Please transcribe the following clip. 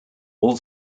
all